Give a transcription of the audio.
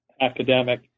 academic